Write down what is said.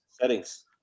Settings